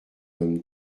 homme